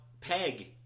Peg